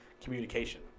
communication